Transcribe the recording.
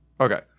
Okay